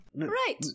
Right